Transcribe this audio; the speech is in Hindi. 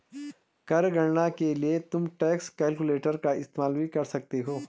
कर गणना के लिए तुम टैक्स कैलकुलेटर का इस्तेमाल भी कर सकते हो